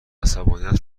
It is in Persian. عصبانیت